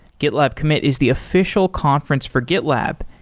gitlab commit is the official conference for gitlab.